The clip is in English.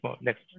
next